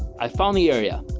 i found the area,